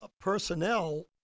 personnel